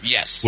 Yes